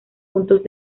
puntos